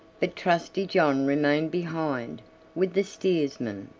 but trusty john remained behind with the steersman,